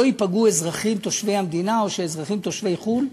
ייפגעו אזרחים תושבי המדינה או אזרחים תושבי חו"ל,